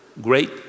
Great